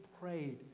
prayed